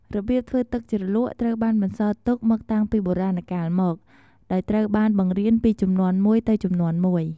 របៀបធ្វើទឹកជ្រលក់ ត្រូវបានបន្សល់ទុកមកតាំងពីបុរាណកាលមក ដោយត្រូវបានបង្រៀនពីជំនាន់មួយទៅជំនាន់មួយ។